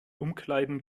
umkleiden